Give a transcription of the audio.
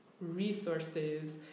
resources